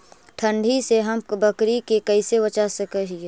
ठंडी से हम बकरी के कैसे बचा सक हिय?